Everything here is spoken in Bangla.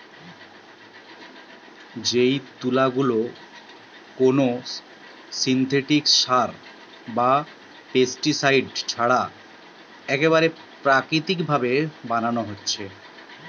যেই তুলা গুলা কুনো সিনথেটিক সার বা পেস্টিসাইড ছাড়া একেবারে প্রাকৃতিক ভাবে বানানা হচ্ছে